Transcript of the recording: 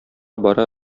бара